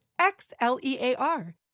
X-L-E-A-R